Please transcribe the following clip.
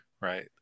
right